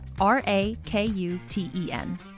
R-A-K-U-T-E-N